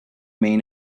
main